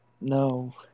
No